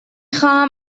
خواهم